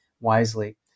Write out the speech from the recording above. wisely